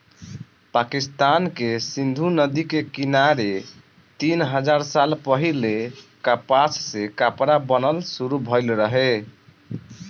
पाकिस्तान के सिंधु नदी के किनारे तीन हजार साल पहिले कपास से कपड़ा बनल शुरू भइल रहे